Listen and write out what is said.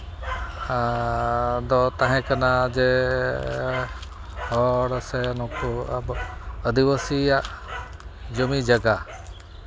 ᱫᱚ ᱛᱟᱦᱮᱸ ᱠᱟᱱᱟ ᱡᱮ ᱦᱚᱲ ᱥᱮ ᱱᱩᱠᱩ ᱟᱹᱫᱤᱵᱟᱹᱥᱤᱭᱟᱜ ᱡᱚᱢᱤ ᱡᱟᱭᱜᱟ